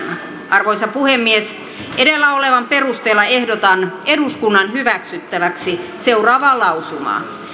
arvoisa puhemies edellä olevan perusteella ehdotan eduskunnan hyväksyttäväksi seuraavaa lausumaa